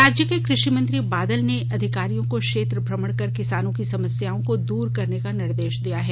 राज्य के कृषि मंत्री बादल ने अधिकारियों को क्षेत्र भ्रमण कर किसानों की समस्याओं को दूर करने का निर्देश दिया है